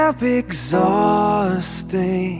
exhausting